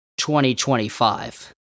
2025